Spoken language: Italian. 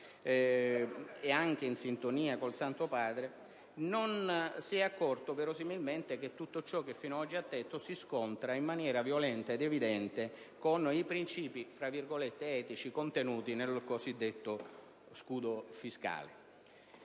e i principi etici, non si è accorto verosimilmente che tutto ciò che fino ad oggi ha detto si scontra in maniera violenta ed evidente con i principi «etici» contenuti nel cosiddetto scudo fiscale.